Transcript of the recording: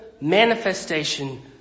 manifestation